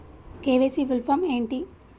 KYC full form ఏంటి?